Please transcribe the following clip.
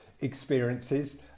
experiences